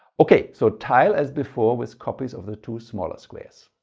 okay, so tile as before with copies of the two smaller squares.